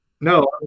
no